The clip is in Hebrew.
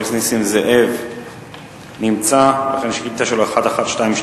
חבר הכנסת נסים זאב נמצא, שאילתא 1122: